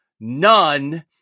none